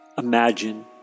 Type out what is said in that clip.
Imagine